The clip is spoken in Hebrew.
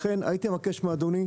לכן הייתי מבקש מאדוני,